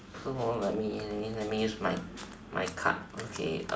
so let me let me let me use my my card okay